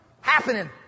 happening